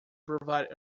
provide